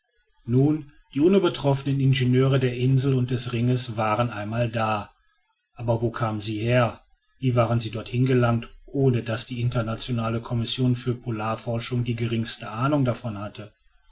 nun die unübertroffenen ingenieure der insel und des ringes waren einmal da aber wo kamen sie her wie waren sie dorthin gelangt ohne daß die internationale kommission für polarforschung die geringste ahnung davon hatte